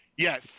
Yes